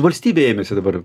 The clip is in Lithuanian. valstybė ėmėsi dabar